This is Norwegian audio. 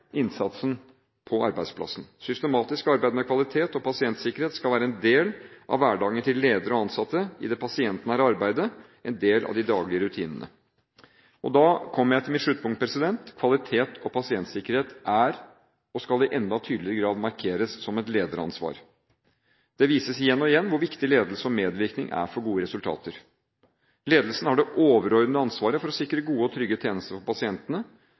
innsatsen på arbeidsplassen. Systematisk arbeid med kvalitet og pasientsikkerheten skal være en del av hverdagen til ledere og ansatte i det pasientnære arbeidet, som en del av de daglige rutinene. Da kommer jeg til mitt sluttpunkt: Kvalitet og pasientsikkerhet er og skal i enda tydeligere grad markeres som et lederansvar. Det viser seg igjen og igjen hvor viktig ledelse og medvirkning er for god resultater. Ledelsen har det overordnete ansvaret for å sikre gode og trygge tjenester for pasientene.